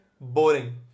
boring